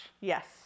yes